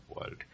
world